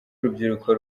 urubyiruko